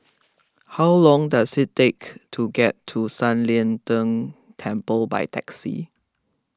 how long does it take to get to San Lian Deng Temple by taxi